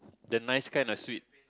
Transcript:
the nice kind of sweet